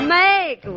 make